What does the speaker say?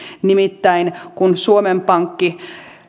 nimittäin kun suomen pankki